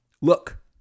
look